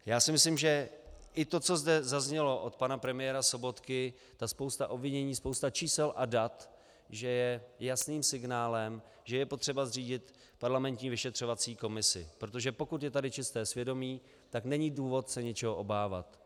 Já si myslím, že i to, co zde zaznělo od pana premiéra Sobotky, ta spousta obvinění, spousta čísel a dat, že je jasným signálem, že je potřeba zřídit parlamentní vyšetřovací komisi, protože pokud je tady čisté svědomí, tak není důvod se něčeho obávat.